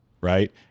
right